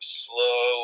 slow